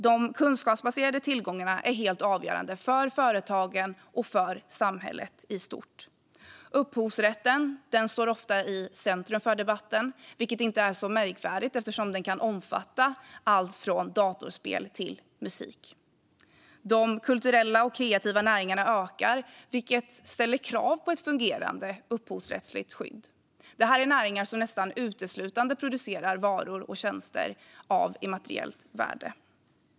De kunskapsbaserade tillgångarna är helt avgörande för företagen och för samhället i stort. Upphovsrätten står ofta i centrum för debatten, vilket inte är så märkvärdigt eftersom den kan omfatta allt från datorspel till musik. De kulturella och kreativa näringarna ökar, vilket ställer krav på ett fungerande upphovsrättsligt skydd. Det här är näringar som nästan uteslutande producerar varor och tjänster av immateriellt värde.